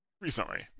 recently